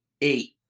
eight